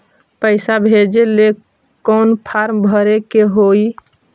पैसा भेजे लेल कौन फार्म भरे के होई?